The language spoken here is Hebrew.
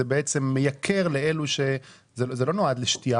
זה לא נועד לשתייה,